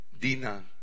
Dina